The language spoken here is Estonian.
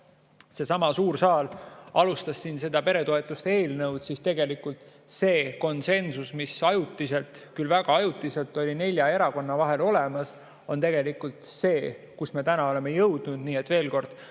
seesama suur saal alustas siin selle peretoetuste eelnõuga, siis see konsensus, mis ajutiselt – küll väga ajutiselt – oli nelja erakonna vahel olemas, on tegelikult see, kuhu me täna oleme jõudnud. Nii et veel kord: